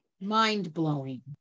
mind-blowing